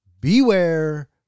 Beware